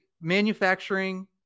manufacturing